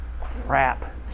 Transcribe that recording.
crap